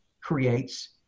creates